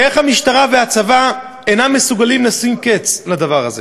איך המשטרה והצבא אינם מסוגלים לשים קץ לדבר הזה?